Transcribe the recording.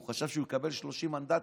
הוא חשב שהוא יקבל 30 מנדטים,